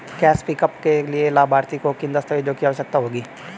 Cash pickup के लिए लाभार्थी को किन दस्तावेजों की आवश्यकता होगी?